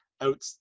out